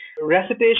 recitation